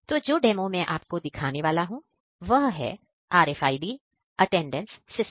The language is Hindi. तो जो डेमो में आपको दिखाने वाला हूं वह है RFID अटेंडेंस सिस्टम